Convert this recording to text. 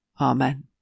Amen